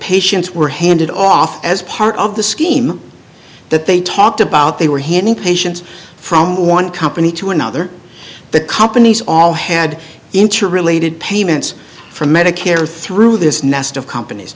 patients were handed off as part of the scheme that they talked about they were handing patients from one company to another the company's all had interrelated payments from medicare through this nest of companies